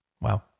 Wow